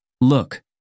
look